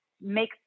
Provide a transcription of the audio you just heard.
make